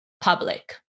public